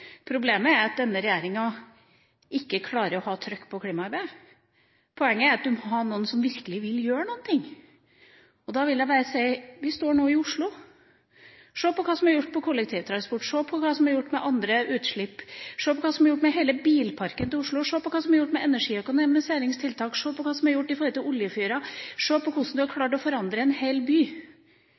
Problemet er at denne regjeringa ikke klarer å ha trykk på klimaarbeidet. Poenget er at man må ha noen som virkelig vil gjøre noe. Vi er nå i Oslo: Se hva som er gjort på kollektivtransporten, se hva som er gjort med andre utslipp, se hva som er gjort med hele bilparken i Oslo, se hva som er gjort med energiøkonomiseringstiltak, og se hva som er gjort med oljefyrer – se hvordan man har klart å forandre en hel by.